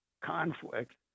conflict